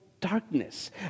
darkness